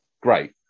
Great